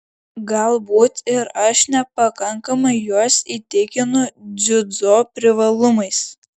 galbūt ir aš nepakankamai juos įtikinu dziudo privalumais